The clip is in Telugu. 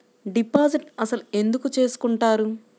డిపాజిట్ అసలు ఎందుకు చేసుకుంటారు?